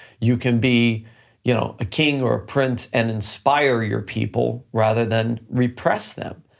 you can be you know a king or a prince and inspire your people rather than repress them.